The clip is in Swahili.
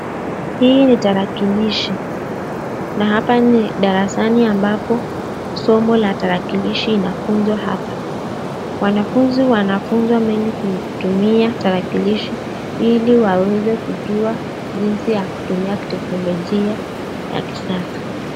Hii ni tarakilishi na hapa ni darasani ambapo hapo somo la tarakilishi inafunzwa hapa. Wanafunzi wanafunzwa mengi kutumia tarakilishi ili waweze kujua jinsi ya kutumia teknologia ya kisasa